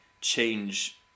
change